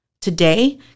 today